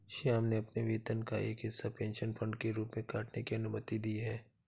श्याम ने अपने वेतन का एक हिस्सा पेंशन फंड के रूप में काटने की अनुमति दी है